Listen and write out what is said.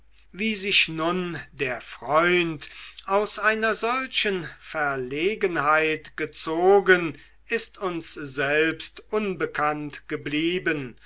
wie sich nun der freund aus einer solchen verlegenheit gezogen ist uns selbst unbekannt geblieben